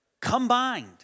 Combined